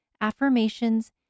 affirmations